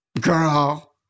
Girl